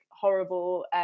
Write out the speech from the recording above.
horrible